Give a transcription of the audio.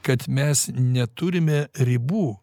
kad mes neturime ribų